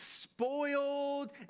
spoiled